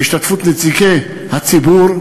בהשתתפות נציגי הציבור.